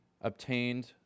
obtained